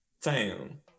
fam